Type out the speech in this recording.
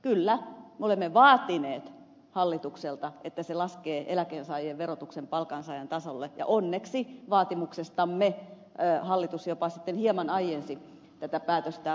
kyllä me olemme vaatineet hallitukselta että se laskee eläkkeensaajien verotuksen palkansaajan tasolle ja onneksi vaatimuksestamme hallitus jopa sitten hieman aiensi tätä päätöstään